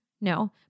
No